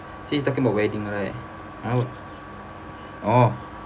since you talking about wedding right I'd orh